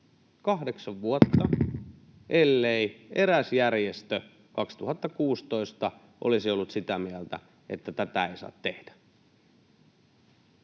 kahdeksan vuotta — ellei eräs järjestö 2016 olisi ollut sitä mieltä, että tätä ei saa tehdä.